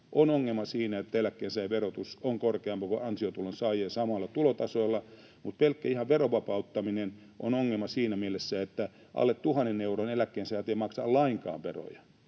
on ongelma siinä, että eläkkeensaajien verotus on korkeampi kun ansiotulonsaajien samoilla tulotasoilla, mutta ihan pelkkä veron vapauttaminen on ongelma siinä mielessä, että alle tuhannen euron eläkkeensaajat eivät maksa lainkaan veroja.